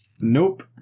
Nope